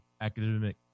academic